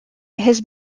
his